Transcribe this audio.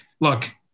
look